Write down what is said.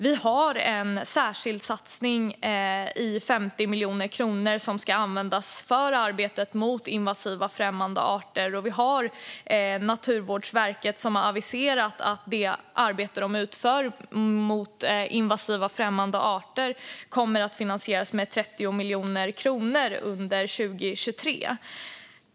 Vi har en särskild satsning på 50 miljoner kronor som ska användas för arbetet mot invasiva främmande arter, och Naturvårdsverket har aviserat att arbetet de utför mot de här arterna kommer att finansieras med 30 miljoner kronor under 2023.